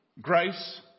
grace